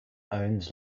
owns